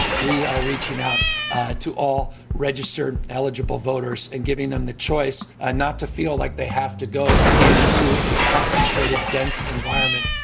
we are reaching out to all registered eligible voters and giving them the choice and not to feel like they have to go into a concentrated, dense environment.